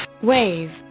WAVE